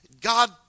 God